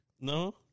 No